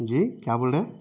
جی کیا بول رہے ہیں